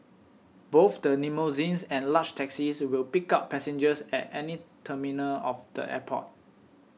both the limousines and large taxis will pick up passengers at any terminal of the airport